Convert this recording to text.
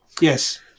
Yes